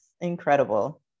incredible